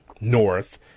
North